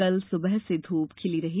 कल सुबह से धूप खिली रही